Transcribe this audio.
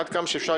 עד כמה שאפשר,